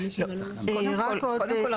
קודם כל,